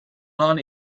non